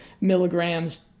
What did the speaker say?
milligrams